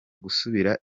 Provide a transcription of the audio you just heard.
gusubira